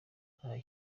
nta